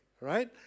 right